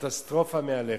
קטסטרופה מהלכת.